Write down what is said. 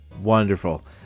Wonderful